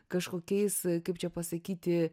kažkokiais kaip čia pasakyti